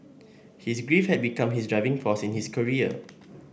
his grief had become his driving force in his career